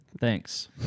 Thanks